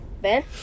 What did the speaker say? Ben